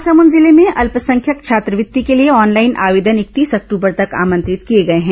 महासमुंद जिले में अल्पसंख्यक छात्रवृत्ति के लिए ऑनलाइन आवेदन इकतीस अक्टूबर तक आमंत्रित किए गए हैं